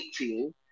18